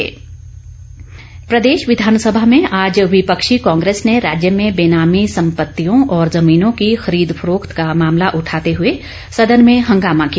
walkout प्रदेश विधानसभा में आज विपक्षी कांग्रेस ने राज्य में बेनामी संपत्तियों और जमीनों की खरीद फरोख्त का मामला उठाते हुए सदन में हंगामा किया